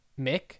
Mick